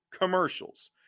commercials